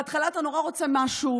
בהתחלה אתה נורא רוצה משהו,